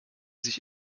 sich